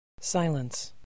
Silence